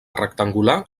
rectangular